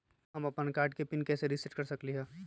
हम अपन कार्ड के पिन कैसे सेट कर सकली ह?